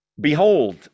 Behold